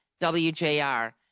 WJR